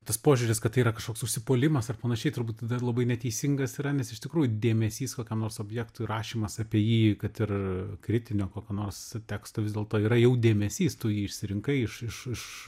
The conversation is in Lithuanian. tas požiūris kad tai yra kažkoks užsipuolimas ar panašiai turbūt labai neteisingas yra nes iš tikrųjų dėmesys kokiam nors objektui rašymas apie jį kad ir kritinio kokio nors teksto vis dėlto yra jau dėmesys tu jį išsirinkai iš iš iš